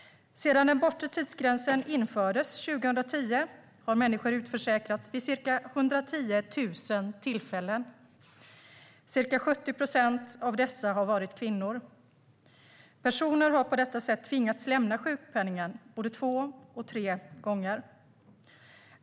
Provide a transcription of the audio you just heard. Sedan den bortre tidsgränsen infördes 2010 har människor utförsäkrats vid ca 110 000 tillfällen. Ca 70 procent av dessa har varit kvinnor. Personer har på detta sätt tvingats lämna sjukpenningen både två och tre gånger.